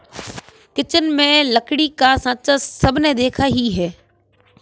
kitchen में लकड़ी का साँचा सबने देखा ही है